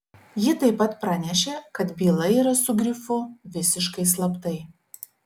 ji taip pat pranešė kad byla yra su grifu visiškai slaptai